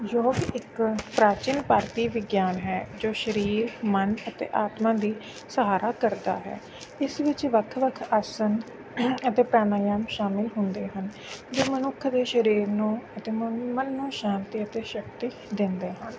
ਯੋਗ ਇੱਕ ਪ੍ਰਾਚੀਨ ਭਾਰਤੀ ਵਿਗਿਆਨ ਹੈ ਜੋ ਸਰੀਰ ਮਨ ਅਤੇ ਆਤਮਾ ਦਾ ਸਹਾਰਾ ਕਰਦਾ ਹੈ ਇਸ ਵਿੱਚ ਵੱਖ ਵੱਖ ਆਸਣ ਅਤੇ ਪੈਨਾਯਾਮ ਸ਼ਾਮਿਲ ਹੁੰਦੇ ਹਨ ਜੋ ਮਨੁੱਖ ਦੇ ਸਰੀਰ ਨੂੰ ਅਤੇ ਮਨ ਨੂੰ ਸ਼ਾਂਤੀ ਅਤੇ ਸ਼ਕਤੀ ਦਿੰਦੇ ਹਨ